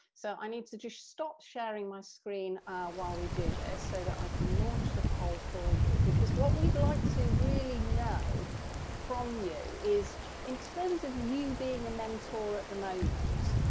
so i need to just stop sharing my screen while we do this so that i can launch the poll for you, because what we'd like to really know from you is in terms of you being a mentor at the moment,